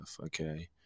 okay